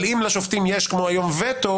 אבל אם לשופטים יש, כמו היום, וטו